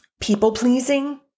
people-pleasing